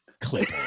Clip